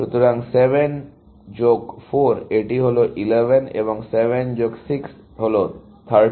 সুতরাং 7 যোগ 4 এটি হল 11 এবং 7 যোগ 6 হল 13